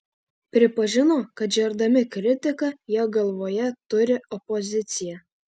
pripažino kad žerdami kritiką jie galvoje turi opoziciją